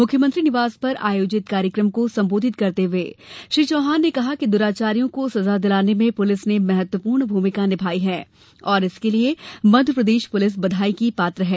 मुख्यमंत्री निवास पर आयोजित कार्यक्रम को संबोधित करते हुए श्री चौहान ने कहा कि दुराचारियों को सजा दिलाने में पुलिस ने महत्वपूर्ण भूमिका निभाई है और इसके लिये मध्यप्रदेश पुलिस बधाई की पात्र है